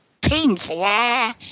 painful